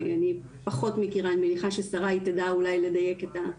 אני פחות מכירה אותם ואני מניחה ששריי תדע אולי יותר לדייק אותם